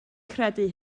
credu